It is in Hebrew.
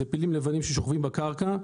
אלה פילים לבנים ששוכבים בקרקע.